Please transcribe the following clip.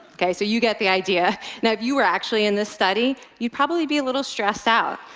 okay, so you get the idea. if you were actually in this study, you'd probably be a little stressed out.